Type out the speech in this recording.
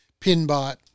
Pinbot